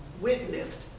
witnessed